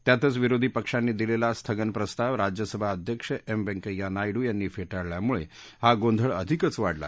त्यातच विरोधी पक्षांनी दिलेला स्थगन प्रस्ताव राज्यसभा अध्यक्ष एम व्यंकय्या नायडू यांनी फेटाळल्यामुळे हा गोंधळ अधिकच वाढला